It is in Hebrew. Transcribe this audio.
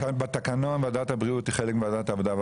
לכן אני אומר: בתקנון ועדת הבריאות היא חלק מוועדת העבודה,